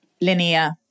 linear